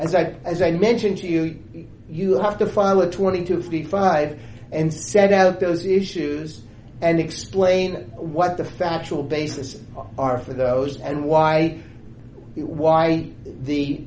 say as i mentioned to you you have to file a twenty two thirty five and set out those issues and explain what the factual basis are for those and why why the